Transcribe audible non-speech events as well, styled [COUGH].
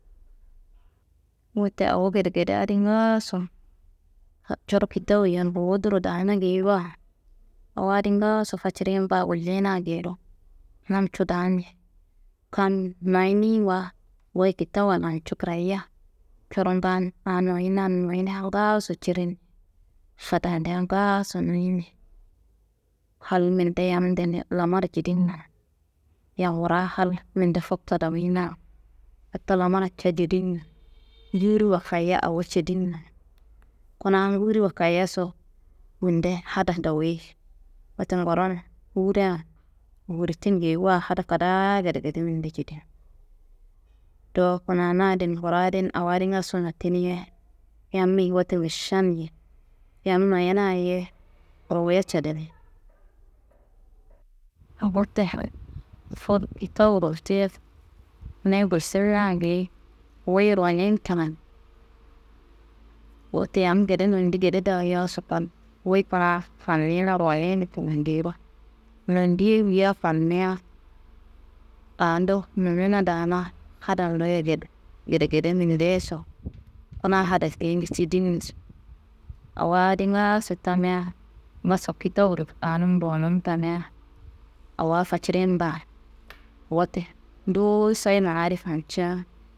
Wote awo gedegede adi ngaaso [HESITATION] coro kitawuyen ruwuduro daana geyiwa awo adi ngaaso facirin baa gullina geyiro namcu daani ye, kam noyiniwa goyi kitawuwa lancu krayia corongan aa noyinan noyina ngaaso cirin [UNINTELLIGIBLE] ngaaso noyini, hal minde yamnde ninlamar jedinna, yam wura hal minde fokto doyina. Fokto lamarra ca jedinna [NOISE] nguwuri wakayiya awo jedinna, kuna nguwuri wakayiyaso minde hada dowuyi. Wote nguron nguwuria nguwuritin geyiwa hada kadaa gedegede minde jedin. Do kuna na adi- n nguro adi- n awo adi ngaso nottunu ye, yammi wote gešani- ye, yam noyenaye ruwuye cedeni. Wote fudu kitawu ruwutuye niyi gulsimina geyi, wuyi ruwuninkinan. Wote yam gede nondi gede dayaso kal, wuyi kuna fannina ruwunin kina geyiro, nondi ye woyiya fanniya ando nonona daana hadandoye [HESITATION] gedegede mindeyeso, kuna hadaf keyende tidinnaso, awo adi ngaaso tamia ngaso kitawuro anum ruwunum tamia awo facirin baa. Wote nduwusoyi mana adi fanca.